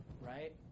right